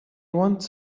want